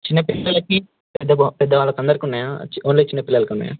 చిన్నపిల్లలకి పెద్ద పెద్దవాళ్ళకి అందరికి ఉన్నాయా ఓన్లీ చిన్నపిల్లలలకు ఉన్నాయా